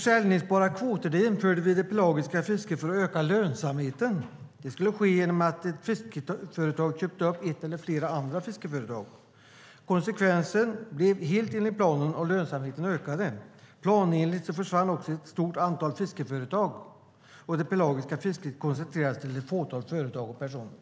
Säljbara kvoter införde vi i det pelagiska fisket för att öka lönsamheten. Det skulle ske genom att ett fiskeföretag köpte upp ett eller flera andra fiskeföretag. Konsekvensen blev helt planenlig och lönsamheten ökade. Planenligt försvann också ett stort antal fiskeföretag, och det pelagiska fisket koncentrerades till ett fåtal företag och personer.